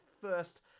first